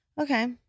Okay